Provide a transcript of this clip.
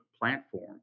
platform